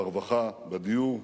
ברווחה, בדיור,